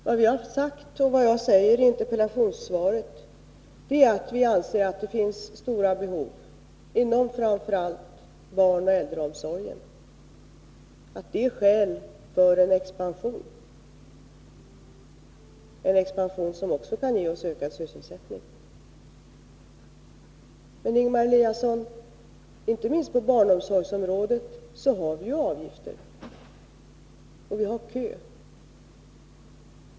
Vad jag sagt i mitt svar är att vi anser att det finns stora behov inom framför allt barnoch äldreomsorgen och att det är skäl för en expansion, en expansion som också kan ge oss ökad sysselsättning. Men, Ingemar Eliasson, inte minst på barnomsorgsområdet har vi ju avgifter.